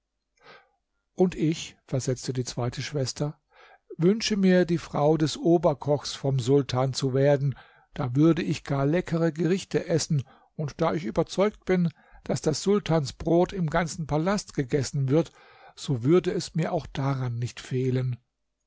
und ich versetzte die zweite schwester wünsche mir die frau des oberkochs vom sultan zu werden da würde ich gar leckere gerichte essen und da ich überzeugt bin daß das sultansbrot im ganzen palast gegessen wird so würde es mir auch daran nicht fehlen